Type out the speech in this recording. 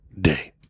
day